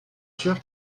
sûr